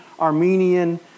Armenian